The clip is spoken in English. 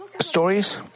stories